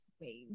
ways